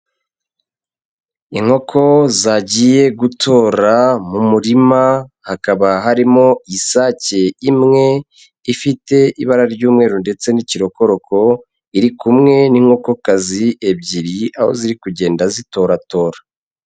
Inkoko zagiye gutora mu murima, hakaba harimo isake imwe ifite ibara ry’umweru ndetse n’ikirokoroko, iri kumwe n’inkokokazi ebyiri aho ziri kugenda zitoratora.